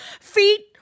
feet